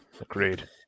agreed